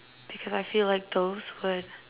because I feel like those would